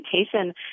education